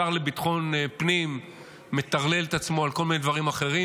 השר לביטחון פנים מטרלל את עצמו על כל מיני דברים אחרים.